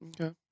Okay